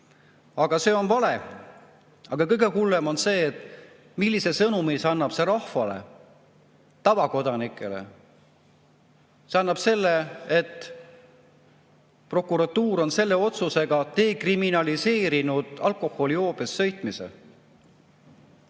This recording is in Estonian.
Aga see on vale. Ent kõige hullem on see, millise sõnumi annab see rahvale, tavakodanikele. See annab sõnumi, et prokuratuur on selle otsusega dekriminaliseerinud alkoholijoobes sõitmise.